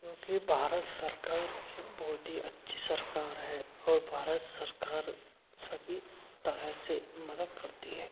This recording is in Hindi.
क्योंकि भारत सरकार एक बहुत ही अच्छी सरकार है और भारत सरकार सभी तरह से मदद करती है